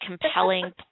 compelling